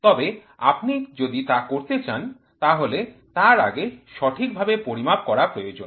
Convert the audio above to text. তবে আপনি যদি তা করতে চান তাহলে তার আগে সঠিকভাবে পরিমাপ করা প্রয়োজন